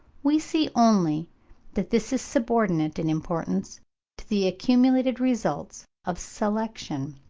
we see only that this is subordinate in importance to the accumulated results of selection.